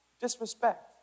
disrespect